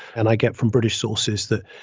and i get from british sources that,